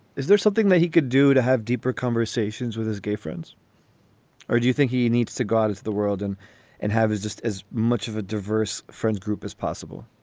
is there something that he could do to have deeper conversations with his gay friends or do you think he needs to god is the world in and have it just as much of a diverse friends group as possible?